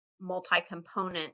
multi-component